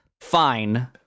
Fine